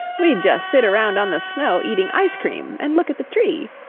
we'd just sit around on the snow eating ice cream and look at the tree,